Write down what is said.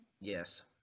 Yes